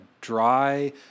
dry